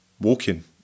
walking